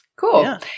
Cool